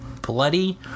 bloody